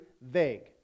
vague